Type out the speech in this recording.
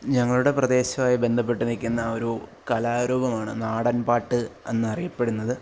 ഞങ്ങളുടെ പ്രദേശമായി ബന്ധപ്പെട്ട് നിക്കുന്ന ഒരു കലാരൂപമാണ് നാടൻപാട്ട് എന്നറിയപ്പെടുന്നത്